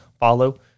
Follow